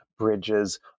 bridges